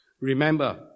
Remember